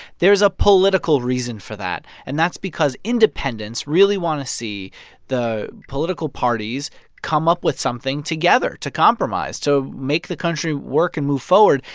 there's a political reason for that, and that's because independents really want to see the political parties come up with something together, to compromise to make the country work and move forward.